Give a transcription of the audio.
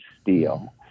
Steel